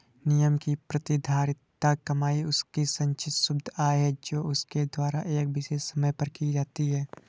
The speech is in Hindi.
निगम की प्रतिधारित कमाई उसकी संचित शुद्ध आय है जो उसके द्वारा एक विशेष समय पर की जाती है